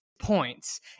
points